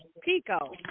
Pico